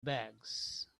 bags